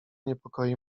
niepokoi